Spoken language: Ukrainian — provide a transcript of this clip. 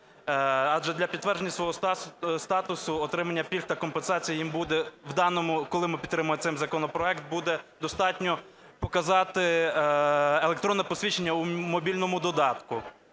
Адже для підтвердження свого статусу отримання пільг та компенсацій їм буде в даному… коли ми підтримаємо цей законопроект, буде достатньо показати електронне посвідчення у мобільному додатку,